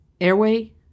Airway